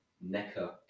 Necker